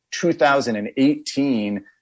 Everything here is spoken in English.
2018